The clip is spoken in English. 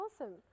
Awesome